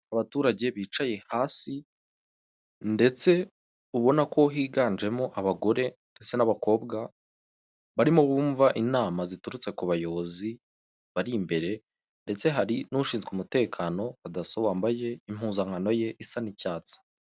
Abaturage bicaye hasi, ndetse ubona ko higanjemo abagore ndetse n'abakobwa, barimo bumva inama ziturutse ku bayobozi bari imbere, ndetse hari n'ushinzwe umuteka, na daso wambaye impuzankano ye isa n'icyatsi.